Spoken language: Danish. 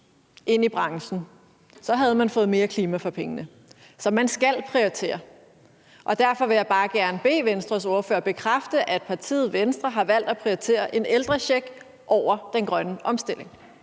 inde i branchen, så havde man fået mere klima for pengene. Så man skal prioritere, og derfor vil jeg bare gerne bede Venstres ordfører bekræfte, at partiet Venstre har valgt at prioritere en ældrecheck over den grønne omstilling.